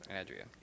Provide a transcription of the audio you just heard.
Adria